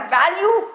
value